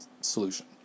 solution